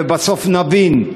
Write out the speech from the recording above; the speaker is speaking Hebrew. ובסוף נבין.